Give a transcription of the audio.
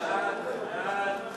הודעת ועדת